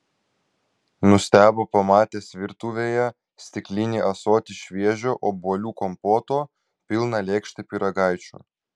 nustebo pamatęs virtuvėje stiklinį ąsotį šviežio obuolių kompoto pilną lėkštę pyragaičių